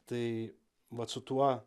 tai vat su tuo